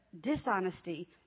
dishonesty